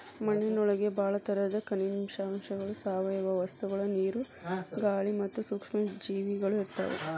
ಮಣ್ಣಿನೊಳಗ ಬಾಳ ತರದ ಖನಿಜಾಂಶಗಳು, ಸಾವಯವ ವಸ್ತುಗಳು, ನೇರು, ಗಾಳಿ ಮತ್ತ ಸೂಕ್ಷ್ಮ ಜೇವಿಗಳು ಇರ್ತಾವ